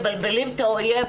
מבלבלים את האויב,